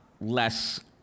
less